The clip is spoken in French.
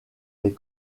les